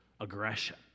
aggression